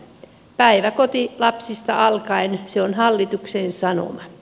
päiväkoti lapsista alkaen se on hallituksen sanoma